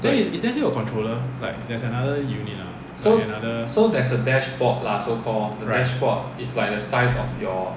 then is there still a controller like there's another unit ah another right